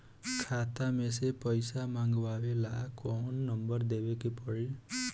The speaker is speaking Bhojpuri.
खाता मे से पईसा मँगवावे ला कौन नंबर देवे के पड़ी?